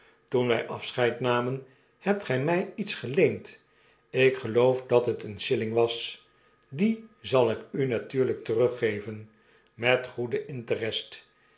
toen wjj afscheid naraen hebt gij my iets geleend ik geloof dat het een shilling was dien zal ik u natuurlijk teruggeven metgoeden interest